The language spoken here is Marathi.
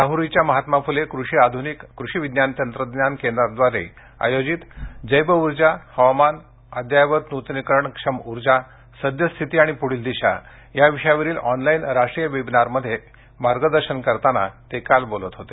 राहुरीच्या महात्मा फुले कृषी आधुनिक कृषि विज्ञान तंत्रज्ञान केंद्राद्वारे आयोजित जैवउर्जा हवामान अद्ययावत नुतनीकरणक्षम ऊर्जा सद्यस्थिती आणि पुढील दिशा या विषयावरील ऑनलाईन राष्ट्रीय वेबीनारमध्ये मार्गदर्शन करतांना ते काल बोलत होते